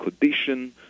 condition